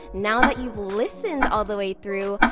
now that you've listened all the way through,